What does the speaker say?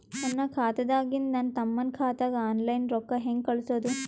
ನನ್ನ ಖಾತಾದಾಗಿಂದ ನನ್ನ ತಮ್ಮನ ಖಾತಾಗ ಆನ್ಲೈನ್ ರೊಕ್ಕ ಹೇಂಗ ಕಳಸೋದು?